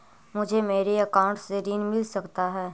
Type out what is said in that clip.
मुझे मेरे अकाउंट से ऋण मिल सकता है?